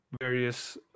various